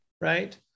right